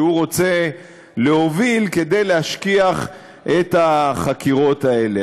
שהוא רוצה להוביל כדי להשכיח את החקירות האלה,